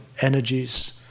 energies